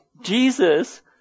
Jesus